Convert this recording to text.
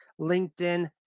LinkedIn